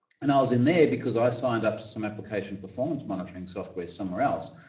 and i was in there because i signed up to some application performance monitoring software somewhere else.